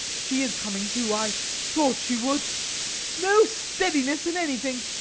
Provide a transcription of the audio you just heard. she is coming too i thought she would no steadiness in anything